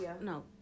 No